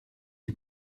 s’y